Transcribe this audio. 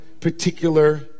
particular